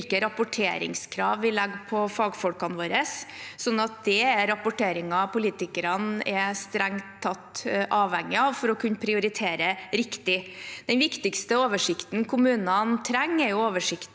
hvilke rapporteringskrav vi legger på fagfolkene våre – det er rapporteringer politikerne strengt tatt er avhengig av for å kunne prioritere riktig. Den viktigste oversikten kommunene trenger, er oversikten